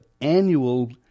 annual